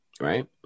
Right